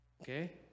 Okay